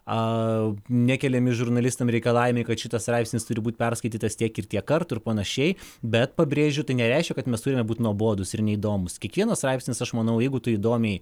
a nekeliami žurnalistams reikalavimai kad šitas straipsnis turi būti perskaitytas tiek ir tiek kartų ir panašiai bet pabrėžiu tai nereiškia kad mes turime būti nuobodūs ir neįdomūs kiekvienas straipsnis aš manau jeigu tu įdomiai